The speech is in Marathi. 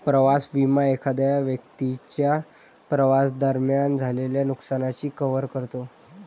प्रवास विमा एखाद्या व्यक्तीच्या प्रवासादरम्यान झालेल्या नुकसानाची कव्हर करतो